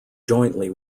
jointly